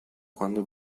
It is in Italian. quando